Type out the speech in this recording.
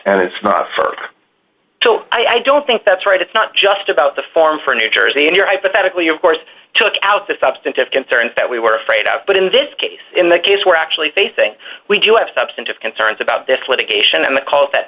and it's not for i don't think that's right it's not just about the form for new jersey and your hypothetically of course took out the substantive concerns that we were afraid of but in this case in the case we're actually facing we do have substantive concerns about this litigation and the calls that